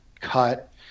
cut